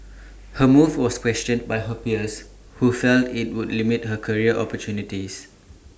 her move was questioned by her peers who felt IT would limit her career opportunities